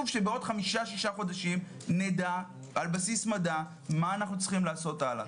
שבעוד חמישה-שישה חודשים נדע על בסיס מדע מה אנחנו צריך לעשות הלאה.